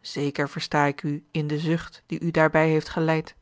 zeker versta ik u in de zucht die u daarbij heeft geleid